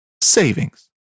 savings